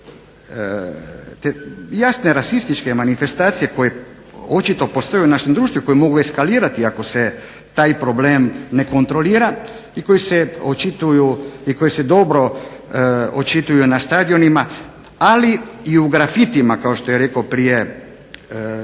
te jasne rasističke manifestacije koje očito postoje u našem društvu i koje mogu eskalirati ako se taj problem ne kontrolira i koje se očituju i koje se dobro očituju na stadionima, ali i u grafitima kao što je rekao prije